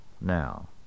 now